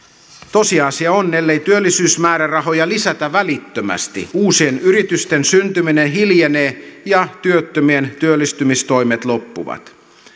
tosiasia on että ellei työllisyysmäärärahoja lisätä välittömästi uusien yritysten syntyminen hiljenee ja työttömien työllistämistoimet loppuvat